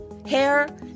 hair